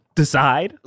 decide